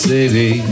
City